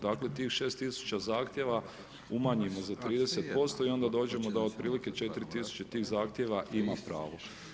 Dakle tih 6 000 zahtjeva umanjimo za 30% i onda dođemo da otprilike 4 000 tih zahtjeva ima pravo.